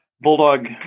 Bulldog